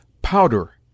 Powder